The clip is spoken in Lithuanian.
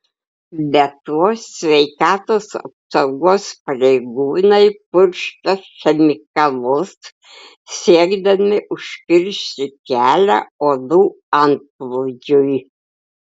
be to sveikatos apsaugos pareigūnai purškia chemikalus siekdami užkirsti kelią uodų antplūdžiui